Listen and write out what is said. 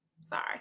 Sorry